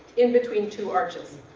in between two arches.